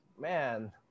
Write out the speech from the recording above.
Man